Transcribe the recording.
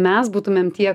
mes būtumėm tie